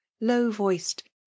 low-voiced